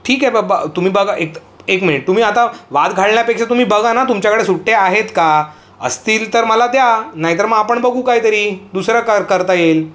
ठीक आहे ब बा तुम्ही बघा एक एक मिनिट तुम्ही आता वाद घालण्यापेक्षा तुम्ही बघा ना तुमच्याकडे सुटे आहेत का असतील तर मला द्या नाही तर मग आपण बघू कायतरी दुसरं कर करता येईल